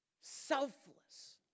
Selfless